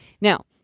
now